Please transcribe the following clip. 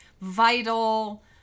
vital